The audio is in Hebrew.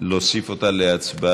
ותעבור להמשך דיון